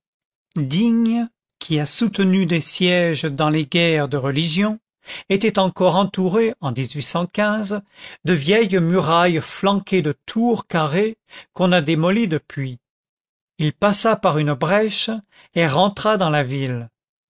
digne qui a soutenu des sièges dans les guerres de religion était encore entourée en de vieilles murailles flanquées de tours carrées qu'on a démolies depuis il passa par une brèche et rentra dans la ville